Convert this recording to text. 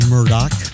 Murdoch